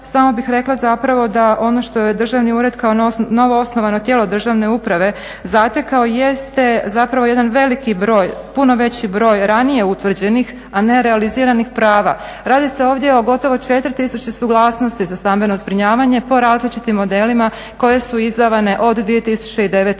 samo bih rekla zapravo da ono što je državni ured kao novoosnovano tijelo državne uprave zatekao, jeste zapravo jedan veliki broj, puno veći broj ranije utvrđenih a ne realiziranih prava. Radi se ovdje o gotovo 4 tisuće suglasnosti za stambeno zbrinjavanje po različitim modelima koje su izdavane od 2009.